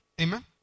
Amen